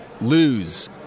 lose